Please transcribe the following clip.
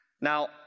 Now